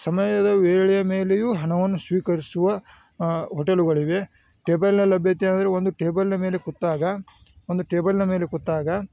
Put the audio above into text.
ಸಮಯದ ವೇಳೆಯ ಮೇಲೆಯು ಹಣವನ್ನು ಸ್ವೀಕರಿಸುವ ಹೋಟೆಲುಗಳಿವೆ ಟೇಬಲ್ಲಿನ ಲಭ್ಯತೆ ಅಂದರೆ ಒಂದು ಟೇಬಲ್ಲಿನ ಮೇಲೆ ಕೂತ್ತಾಗ ಒಂದು ಟೇಬಲ್ಲಿನ ಮೇಲೆ ಕೂತ್ತಾಗ